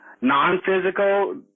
non-physical